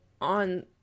on